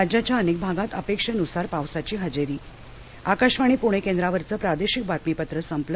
राज्याच्या अनेक भागात अपेक्षेनुसार पावसाची हजेरी आकाशवाणी पुणे केंद्रावरचं प्रादेशिक बातमीपत्र संपलं